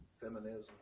Feminism